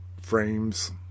frames